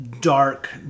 dark